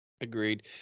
Agreed